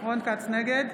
נגד